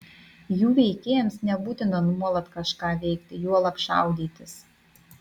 jų veikėjams nebūtina nuolat kažką veikti juolab šaudytis